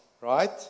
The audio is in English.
right